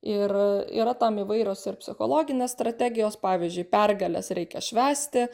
ir yra tam įvairios ir psichologinės strategijos pavyzdžiui pergales reikia švęsti